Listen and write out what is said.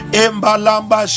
embalamba